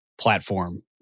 platform